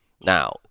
Now